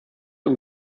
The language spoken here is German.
und